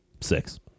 six